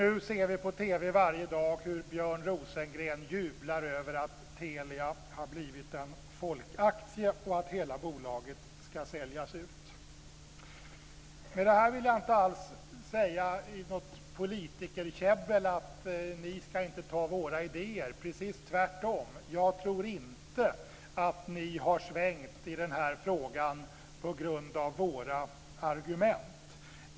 Nu ser vi på TV varje dag hur Björn Rosengren jublar över att Teliaaktien har blivit en folkaktie och att hela bolaget ska säljas ut. Med detta vill jag inte alls ägna mig åt något politikerkäbbel och säga att ni inte ska ta våra idéer. Det är precis tvärtom. Jag tror inte att ni har svängt i den här frågan på grund av våra argument.